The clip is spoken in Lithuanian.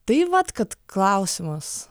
tai vat kad klausimas